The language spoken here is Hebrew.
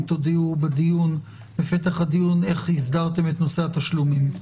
תודיעו בפתח הדיון איך הסדרתם את נושא התשלומים.